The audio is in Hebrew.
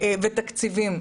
עובדים ותקציבים.